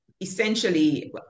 essentially